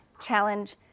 challenge